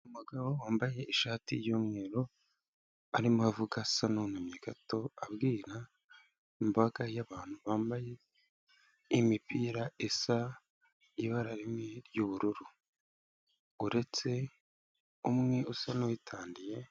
Umugabo wambaye ishati y'umweru arimo avuga asa n'uwunamye gato, abwira imbaga y'abantu bambaye imipira isa ibara rimwe ry'ubururu, uretse umwe usa n'uwitandiye.